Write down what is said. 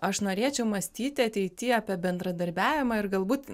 aš norėčiau mąstyti ateity apie bendradarbiavimą ir galbūt